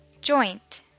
joint